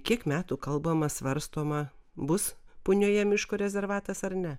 kiek metų kalbama svarstoma bus punioje miško rezervatas ar ne